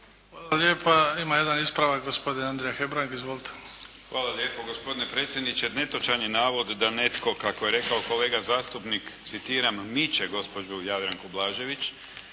Hvala lijepa. Ima jedan ispravak gospodin Andrija Hebrang, izvolite. **Hebrang, Andrija (HDZ)** Hvala lijepo, gospodine predsjedniče. Netočan je navod da netko, kako je rekao kolega zastupnik, citiram: "Miče gospođu Jadranku Blažević.".